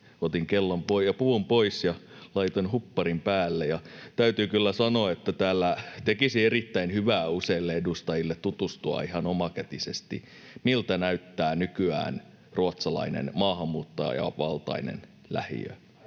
Otin kellon ja puvun pois ja laitoin hupparin päälle. Täytyy kyllä sanoa, että täällä tekisi erittäin hyvää useille edustajille tutustua ihan omakätisesti, miltä näyttää nykyään ruotsalainen maahanmuuttajavaltainen lähiö.